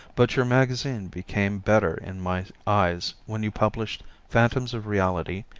but your magazine became better in my eyes when you published phantoms of reality,